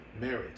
marriage